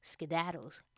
skedaddles